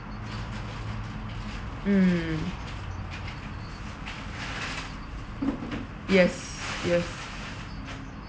mm yes yes